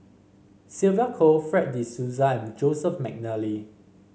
Sylvia Kho Fred De Souza and Joseph McNally